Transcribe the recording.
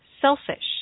selfish